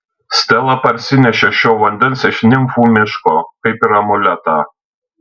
stela parsinešė šio vandens iš nimfų miško kaip ir amuletą